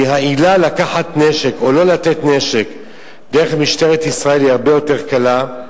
כי העילה לקחת נשק או לא לתת נשק דרך משטרת ישראל היא הרבה יותר קלה.